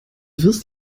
wirst